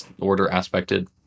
order-aspected